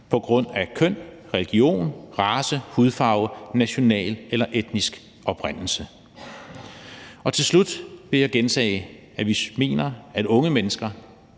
på grund af køn, religion, race, hudfarve, national eller etnisk oprindelse. Til slut vil jeg gentage, at vi mener, at unge mennesker,